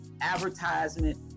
advertisement